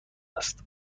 است